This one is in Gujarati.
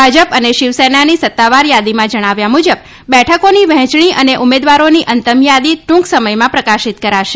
ભાજપ અને શિવસેનાની સત્તાવાર યાદીમાં જણાવ્યા મુજબ બેઠકોની વહેંચણી અને ઉમેદવારોની અંતિમ થાદી ટુંક સમથમાં પ્રકાશિત કરાશે